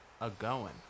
a-going